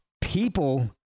people